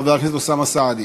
חבר הכנסת אוסאמה סעדי.